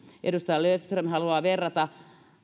edustaja löfström haluaa verrata